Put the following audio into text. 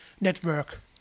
network